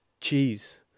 cheese